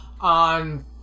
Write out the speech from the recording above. on